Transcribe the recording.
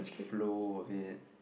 flow of it